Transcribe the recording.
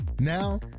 Now